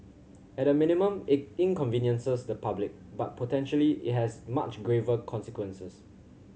at a minimum it inconveniences the public but potentially it has much graver consequences